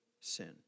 sin